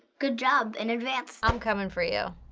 good job in advance. i'm coming for you.